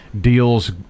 Deals